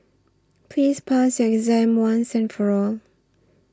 please pass your exam once and for all